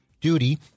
duty